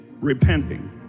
repenting